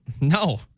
No